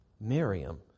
Miriam